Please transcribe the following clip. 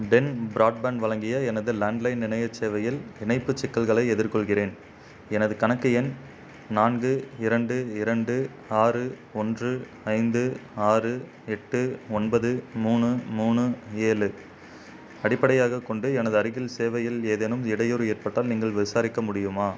ten broadband வழங்கிய எனது landline இணையச் சேவையில் இணைப்புச் சிக்கல்களை எதிர்கொள்கிறேன் எனது கணக்கு எண் நான்கு இரண்டு இரண்டு ஆறு ஒன்று ஐந்து ஆறு எட்டு ஒன்பது மூணு மூணு ஏழு அடிப்படையாகக் கொண்டு எனது அருகில் சேவையில் ஏதேனும் இடையூறு ஏற்பட்டால் நீங்கள் விசாரிக்க முடியுமா